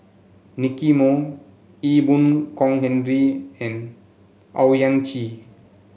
Nicky Moey Ee Boon Kong Henry and Owyang Chi